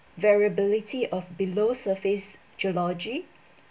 variability of below surface geology